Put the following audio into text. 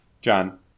John